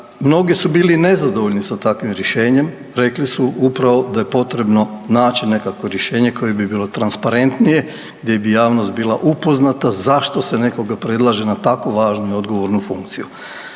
Mnogi su bili nezadovoljni sa takvim rješenjem, rekli su upravo da je potrebno naći nekakvo rješenje koje bi bilo transparentnije, gdje bi javnost bila upoznata zašto se nekoga predlaže na tako važnu i odgovornu funkciju.